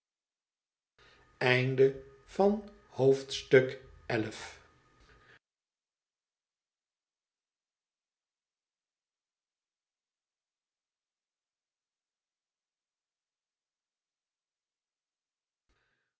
hoofdstuk van het